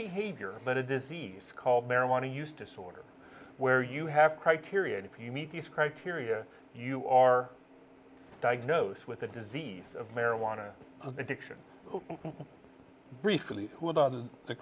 behavior but a disease called marijuana use disorder where you have criteria if you meet these criteria you are diagnosed with a disease of marijuana addiction briefly